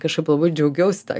kažkaip labai džiaugiausi ta